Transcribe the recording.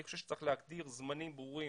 אני חושב שצריך להגדיר זמנים ברורים,